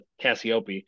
Cassiope